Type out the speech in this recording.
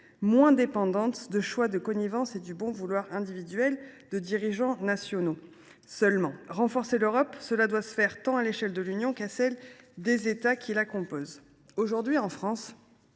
moins dépendantes de choix de connivence et du bon vouloir individuel de dirigeants nationaux. Renforcer l’Europe, cela doit se faire tant à l’échelle de l’Union qu’à celle des pays qui la composent. Aujourd’hui, en France,